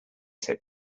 said